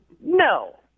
No